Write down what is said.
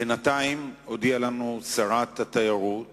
בינתיים הודיעה לנו שרת התיירות